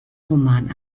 roman